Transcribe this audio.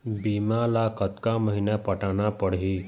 बीमा ला कतका महीना पटाना पड़ही?